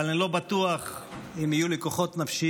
אבל אני לא בטוח אם יהיו לי כוחות נפשיים,